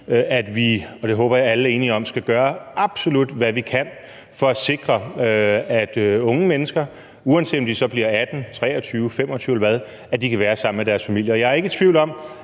at vi – og det håber jeg alle er enige om – absolut skal gøre, hvad vi kan, for at sikre, at unge mennesker, uanset om de så bliver 18 år, 23 år, 25 år, eller hvad det måtte være, kan være sammen med deres familier. Jeg er ikke i tvivl om,